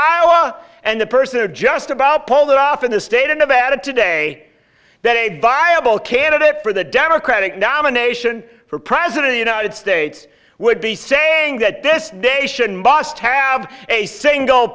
iowa and the person or just about pulled it off in the state of nevada today that a viable candidate for the democratic nomination for president of united states would be sang that this nation must have a single